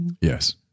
Yes